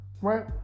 right